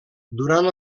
durant